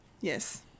Yes